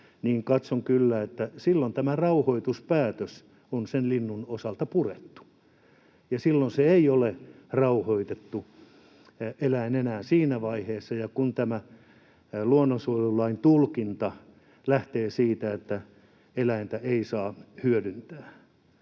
sen, katson kyllä, että silloin tämä rauhoituspäätös on sen linnun osalta purettu ja silloin se ei ole enää rauhoitettu eläin siinä vaiheessa. Kun tämä luonnonsuojelulain tulkinta lähtee siitä, että eläintä ei saa hyödyntää,